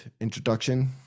introduction